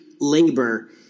labor